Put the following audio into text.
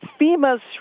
FEMA's